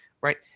right